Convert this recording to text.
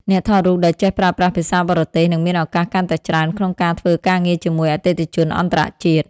អ្នកថតរូបដែលចេះប្រើប្រាស់ភាសាបរទេស នឹងមានឱកាសកាន់តែច្រើនក្នុងការធ្វើការងារជាមួយអតិថិជនអន្តរជាតិ។